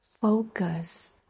focus